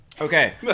Okay